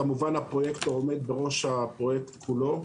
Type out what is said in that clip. כמובן הפרויקטור עומד בראש הפרויקט כולו.